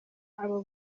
abo